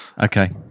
Okay